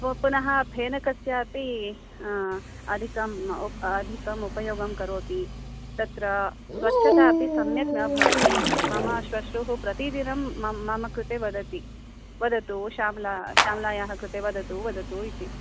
पुनः फेनकस्य अपि आ अधिकम् अधिकम् उपयोगं करोति तत्र स्वच्छता अपि सम्यक् न भवति मम श्वश्रूः प्रतिदिनं मम कृते वदति वदतु श्यामला श्यामलायाः कृते वदतु वदतु इति